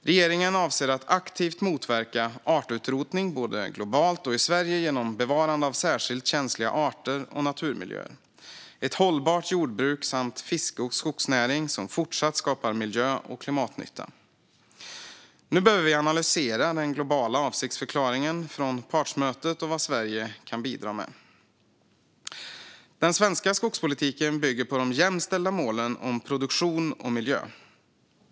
Regeringen avser att aktivt motverka artutrotningen både globalt och i Sverige genom bevarande av särskilt känsliga arter och naturmiljöer, ett hållbart jordbruk samt fiske och skogsnäring som fortsatt skapar miljö och klimatnytta. Nu behöver vi analysera den globala avsiktsförklaringen från partsmötet och vad Sverige kan bidra med. Den svenska skogspolitiken bygger på de jämställda målen om produktion och miljö.